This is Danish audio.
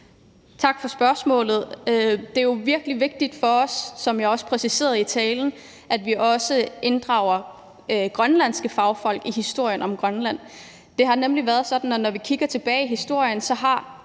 Tak for spørgsmålet. Det er jo virkelig vigtigt for os, hvilket jeg også præciserede i talen, at vi også inddrager grønlandske fagfolk i historien om Grønland. Det er nemlig sådan, og det kan vi se, når vi kigger tilbage i historien, at